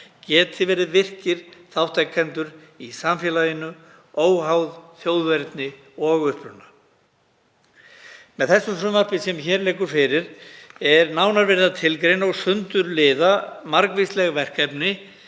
geti verið virkir þátttakendur í samfélaginu, óháð þjóðerni og uppruna. Með því frumvarpi sem hér liggur fyrir er nánar verið að tilgreina og sundurliða margvísleg verkefni